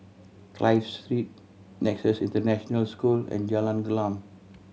Clive Street Nexus International School and Jalan Gelam